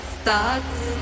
starts